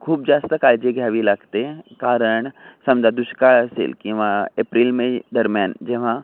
खूप जास्त काळजी घ्यावी लागते कारण समजा दुष्काळ असेल किंवा एप्रिल मे दरम्यान जेव्हा